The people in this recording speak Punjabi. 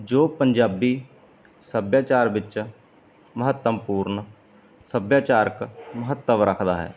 ਜੋ ਪੰਜਾਬੀ ਸੱਭਿਆਚਾਰ ਵਿੱਚ ਮਹੱਤਵਪੂਰਨ ਸੱਭਿਆਚਾਰਕ ਮਹੱਤਵ ਰੱਖਦਾ ਹੈ